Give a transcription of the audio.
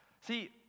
See